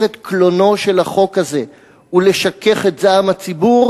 את קלונו של החוק הזה ולשכך את זעם הציבור,